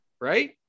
Right